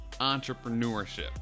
entrepreneurship